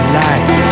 life